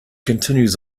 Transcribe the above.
continues